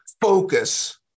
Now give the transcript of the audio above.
focus